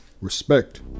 Respect